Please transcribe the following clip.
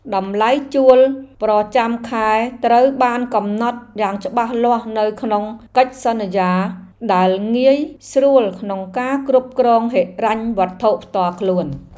តម្លៃជួលប្រចាំខែត្រូវបានកំណត់យ៉ាងច្បាស់លាស់នៅក្នុងកិច្ចសន្យា ដែលងាយស្រួលក្នុងការគ្រប់គ្រងហិរញ្ញវត្ថុផ្ទាល់ខ្លួន។